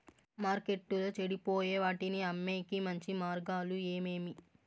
మార్కెట్టులో చెడిపోయే వాటిని అమ్మేకి మంచి మార్గాలు ఏమేమి